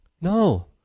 No